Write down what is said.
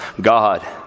God